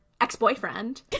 ex-boyfriend